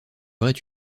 aurait